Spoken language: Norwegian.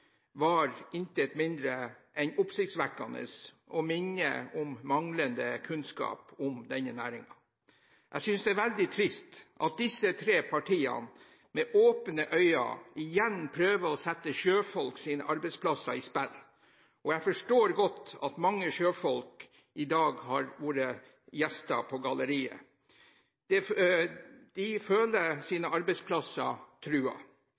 var intet mindre enn oppsiktsvekkende og minner om manglende kunnskap om denne næringen. Jeg synes det er veldig trist at disse tre partiene med åpne øyne igjen prøver å sette sjøfolks arbeidsplasser i spill, og jeg forstår godt at mange sjøfolk i dag har vært gjester oppe på galleriet. De føler sine arbeidsplasser truet. Det